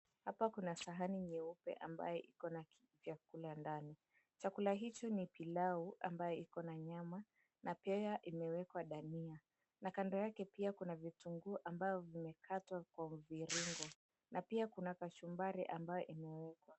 Hapa kuna sahani nyeupe ambayo iko na vyakula ndani, chakula hichi ni pilau ambayo iko na nyama na pia imewekwa dania na kando yake pia kuna vitungu ambavyo vimekatwa kwa mviringo, na pia kuna kachumbari ambayo imewekwa.